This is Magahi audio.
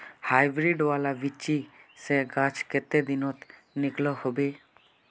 हाईब्रीड वाला बिच्ची से गाछ कते दिनोत निकलो होबे?